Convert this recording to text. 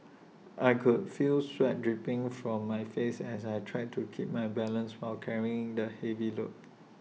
I could feel sweat dripping from my face as I tried to keep my balance while carrying the heavy load